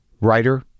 writer